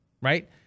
right